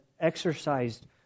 exercised